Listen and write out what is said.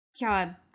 God